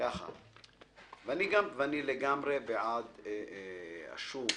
ואני לגמרי בעד השוק,